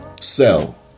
sell